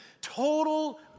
total